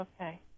okay